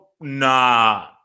Nah